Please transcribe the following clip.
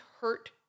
hurt